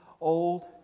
old